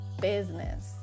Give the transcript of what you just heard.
business